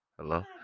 Hello